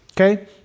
okay